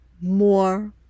more